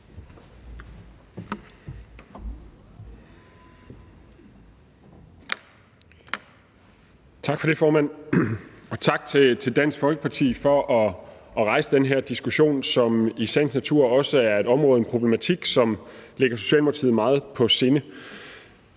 Tak for det, formand, og tak til Dansk Folkeparti for at rejse den her diskussion, som i sagens natur også er et område og en problematik, som ligger Socialdemokratiet meget på sinde.